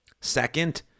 Second